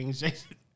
Jason